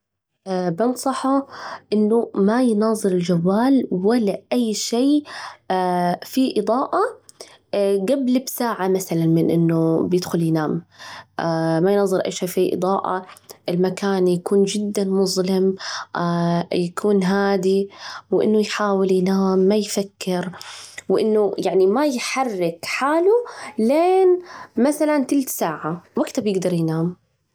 بنصحه إنه ما يناظر الجوال ولا أي شيء في إضاءة جبل بساعة مثلاً من أنه بيدخل ينام، ما يناظر أي شيء في إضاءة، والمكان يكون جداً مظلم، يكون هادي، وإنه يحاول ينام ما يفكر، وإنه يعني ما يحرك حاله لين مثلاً تلت ساعة وجتها بيجدر ينام.